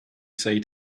say